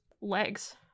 legs